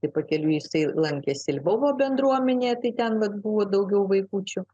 ir pakeliui jisai lankėsi ir bendruomenėj tai ten vat buvo daugiau vaikučių